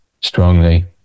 strongly